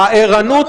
הערנות,